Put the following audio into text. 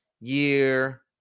year